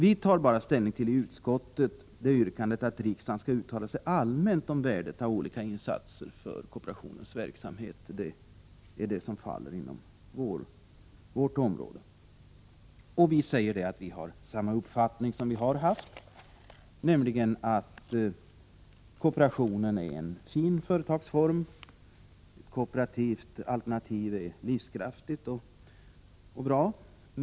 I utskottet tar vi ställning bara till yrkandet att riksdagen skall uttala sig allmänt om värdet av olika insatser för kooperationens verksamhet — det är detta som faller inom vårt område. Vi säger att vi har samma uppfattning som vi har haft, nämligen att kooperationen är en fin företagsform — det kooperativa alternativet är livskraftigt och bra.